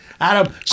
Adam